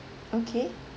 okay